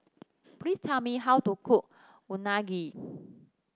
please tell me how to cook Unagi